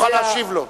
ואדוני יוכל להשיב לו.